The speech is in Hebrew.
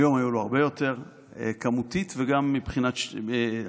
היום היו לו הרבה יותר, כמותית וגם מבחינת אחוזים.